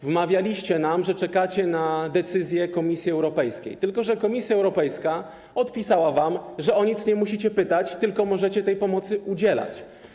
Wmawialiście nam, że czekacie na decyzję Komisji Europejskiej, tylko że Komisja Europejska odpisała wam, że o nic nie musicie pytać, tylko możecie tej pomocy udzielać.